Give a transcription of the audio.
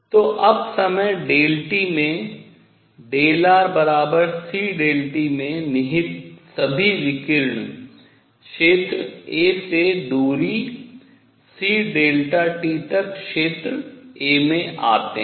तो अब समय Δt में rcΔt में निहित सभी विकिरण क्षेत्र a से दूरी c t तक क्षेत्र a में आते हैं